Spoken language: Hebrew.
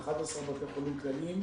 11 בתי חולים כלליים,